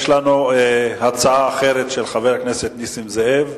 יש לנו הצעה אחרת של חבר הכנסת נסים זאב,